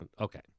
Okay